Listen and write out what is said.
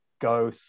go